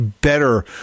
better